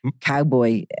cowboy